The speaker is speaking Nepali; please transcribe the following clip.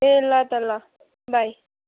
ए ल त ल बाई